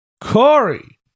Corey